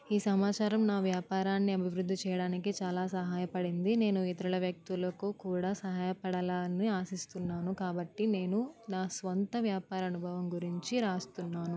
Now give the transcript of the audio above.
ఈ సమాచారం నా వ్యాపారాన్నిఅభివృద్ధి చేయడానికి చాలా సహాయపడింది నేను ఇతరుల వ్యక్తులకు కూడా సహాయ పడాలి అని ఆశిస్తున్నాను కాబట్టి నేను నా సొంత వ్యాపారం అనుభవం గురించి రాస్తున్నాను